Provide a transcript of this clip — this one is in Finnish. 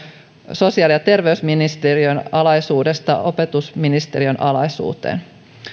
sosiaali ja terveysministeriön alaisuudesta opetusministeriön alaisuuteen